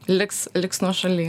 liks liks nuošaly